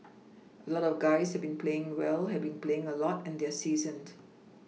a lot of guys have been playing well have been playing a lot and they're seasoned